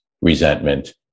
resentment